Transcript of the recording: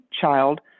child